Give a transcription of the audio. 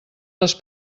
les